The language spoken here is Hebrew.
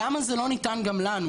למה זה לא ניתן גם לנו?